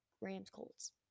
Rams-Colts